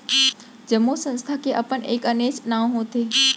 जम्मो संस्था के अपन एक आनेच्च नांव होथे